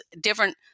different